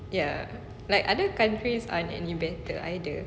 ya like other countries aren't any better either